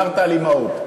דיברת על אימהות.